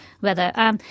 Weather